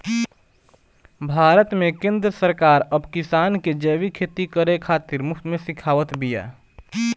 भारत में केंद्र सरकार अब किसान के जैविक खेती करे खातिर मुफ्त में सिखावत बिया